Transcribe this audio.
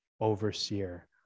overseer